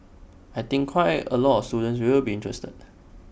I think quite A lot of students will be interested